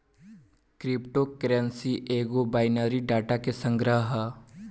crypto currency एगो binary data के संग्रह ह